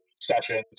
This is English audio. sessions